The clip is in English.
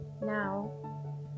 now